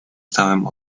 stawem